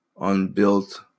unbuilt